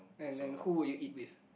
and then who would you eat with